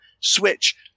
Switch